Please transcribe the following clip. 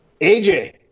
AJ